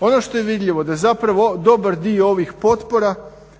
ono što je vidljivo da zapravo dobar dio ovih potpora